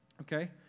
Okay